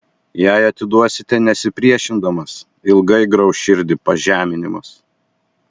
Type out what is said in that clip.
jei atiduosite nesipriešindamas ilgai grauš širdį pažeminimas